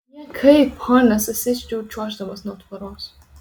niekai ponia susižeidžiau čiuoždamas nuo tvoros